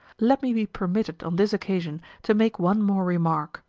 let me be permitted on this occasion to make one more remark,